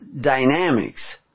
dynamics